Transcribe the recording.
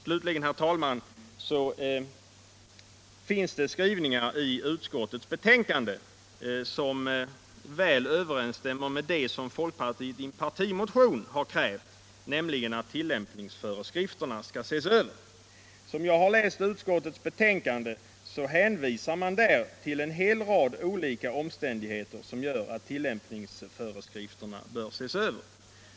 : I utskottets betänkande finns skrivningar som viäl överensstämmer med vad folkpartiet i en partimotion har konstaterat, nämligen att tilllämpningsföreskrifterna bör ses över. Som jag har läst betänkandet hänvisar man där till en hel rad olika omständigheter som gör att tillämpningsföreskrifterna bör ses över.